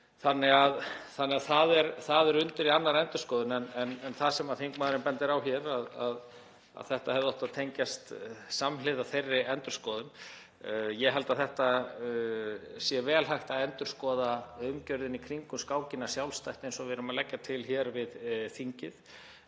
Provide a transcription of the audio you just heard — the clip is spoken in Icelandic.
þannig að það er undir í annarri endurskoðun. En það sem þingmaðurinn bendir á hér að þetta hefði átt að tengjast samhliða þeirri endurskoðun — ég held að það sé vel hægt að endurskoða umgjörðina í kringum skákina sjálfstætt eins og við erum að leggja til hér við þingið.